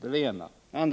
För det andra: Är